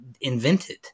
invented